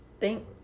Thank